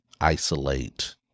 isolate